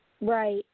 Right